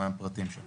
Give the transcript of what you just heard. מה הפרטים שלו,